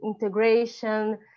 integration